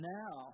now